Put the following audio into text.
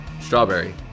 strawberry